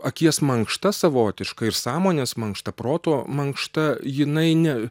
akies mankšta savotiška ir sąmonės mankšta proto mankšta jinai ne